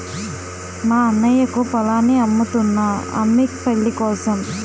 మా అన్నయ్యకు పొలాన్ని అమ్ముతున్నా అమ్మి పెళ్ళికోసం